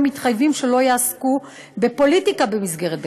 מתחייבים שלא יעסקו בפוליטיקה במסגרת בית-הספר.